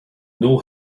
know